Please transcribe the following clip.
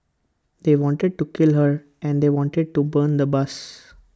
they wanted to kill her and they wanted to burn the bus